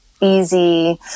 easy